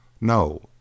No